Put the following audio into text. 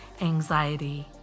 anxiety